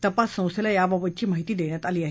तपाससंस्थेला याबाबतची माहिती देण्यात आली आहे